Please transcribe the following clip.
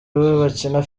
bakina